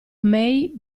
may